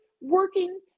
working